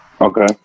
Okay